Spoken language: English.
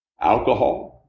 alcohol